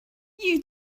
you